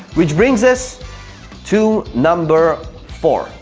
which brings us to number four.